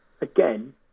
again